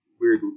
weird